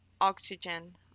oxygen